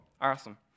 Awesome